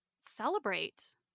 celebrate